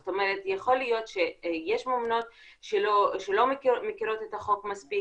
זאת אומרת יכול להיות שיש ממונות שלא מכירות את החוק מספיק,